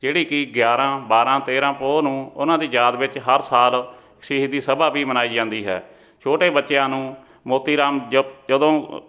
ਜਿਹੜੀ ਕਿ ਗਿਆਰਾਂ ਬਾਰ੍ਹਾਂ ਤੇਰ੍ਹਾਂ ਪੋਹ ਨੂੰ ਉਹਨਾਂ ਦੀ ਯਾਦ ਵਿੱਚ ਹਰ ਸਾਲ ਸ਼ਹੀਦੀ ਸਭਾ ਵੀ ਮਨਾਈ ਜਾਂਦੀ ਹੈ ਛੋਟੇ ਬੱਚਿਆਂ ਨੂੰ ਮੋਤੀ ਰਾਮ ਜਪ ਜਦੋਂ